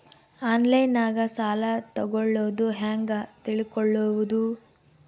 ಆನ್ಲೈನಾಗ ಸಾಲ ತಗೊಳ್ಳೋದು ಹ್ಯಾಂಗ್ ತಿಳಕೊಳ್ಳುವುದು?